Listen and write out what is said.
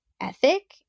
ethic